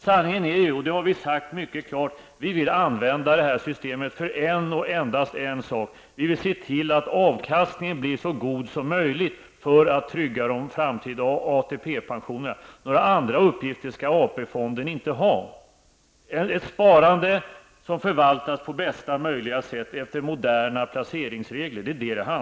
Sanningen är den, och det har vi sagt mycket klart, att vi vill använda detta system för en och endast en sak: för att se till att avkastningen blir så god som möjligt för att trygga de framtida ATP pensionerna. Några andra uppgifter skall AP fonden inte ha. Det är fråga om ett sparande som förvaltas på bästa möjliga sätt enligt moderna placeringsregler.